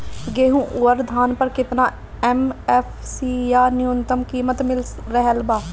गेहूं अउर धान पर केतना एम.एफ.सी या न्यूनतम कीमत मिल रहल बा?